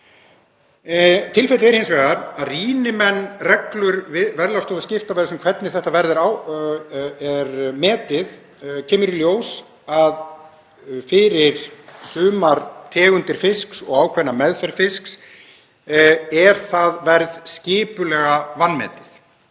Tilfellið er hins vegar að rýni menn reglur Verðlagsstofu skiptaverðs um hvernig þetta verð er metið kemur í ljós að fyrir sumar tegundir fisks og ákveðna meðferð fisks er það verð skipulega vanmetið,